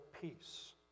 peace